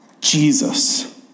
Jesus